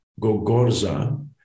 Gogorza